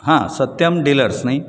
हां सत्यम डिलर्स न्ही